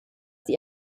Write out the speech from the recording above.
die